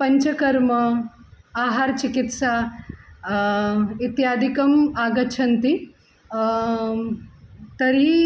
पञ्चकर्म आहारचिकित्सा इत्यादिकम् आगच्छन्ति तर्हि